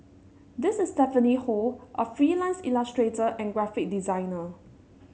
this is Stephanie Ho a freelance illustrator and graphic designer